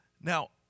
Now